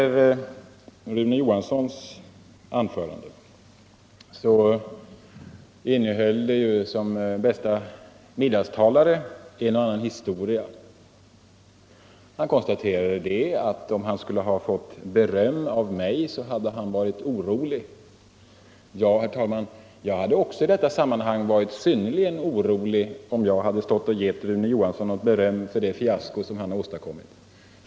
Rune Johanssons anförande innehöll som det bästa middagstal en och annan historia. Han konstaterade att om han skulle ha fått beröm av mig hade han varit orolig. Ja, herr talman, jag hade också i detta sammanhang varit synnerligen orolig om jag hade givit Rune Johansson något beröm för det fiasko han har åstadkommit.